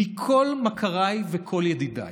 מכל מכריי וכל ידידיי,